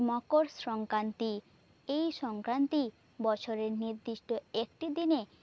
মকর সংক্রান্তি এই সংক্রান্তি বছরের নির্দিষ্ট একটি দিনে